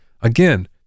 Again